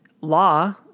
law